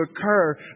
occur